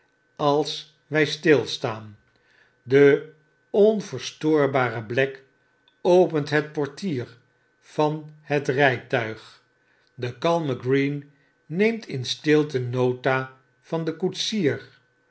als wy stilstaan de onverstoorbare black opent het portier van het rytuig de kalme green neemt in stilte nota van den koetsier